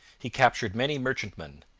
he captured many merchantmen,